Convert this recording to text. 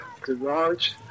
garage